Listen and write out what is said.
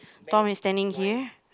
Tom is standing here